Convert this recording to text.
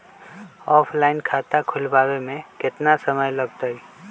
Offline खाता खुलबाबे में केतना समय लगतई?